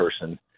person